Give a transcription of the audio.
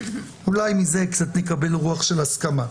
אולי מזה נקבל קצת רוח של הסכמה.